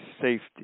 safety